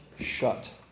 shut